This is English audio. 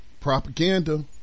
Propaganda